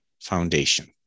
Foundation